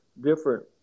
different